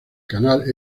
canal